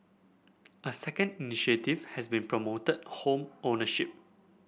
a second initiative has been promoted home ownership